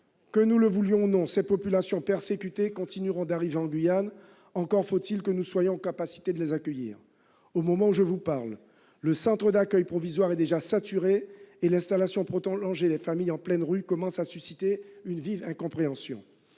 que nous le voulions ou non, ces populations persécutées continueront d'arriver en Guyane. Encore faut-il que nous soyons capables de les accueillir. Au moment où je vous parle, le centre d'accueil provisoire est déjà saturé, et l'installation prolongée des familles en pleine rue commence à susciter une vive incompréhension.